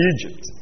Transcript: Egypt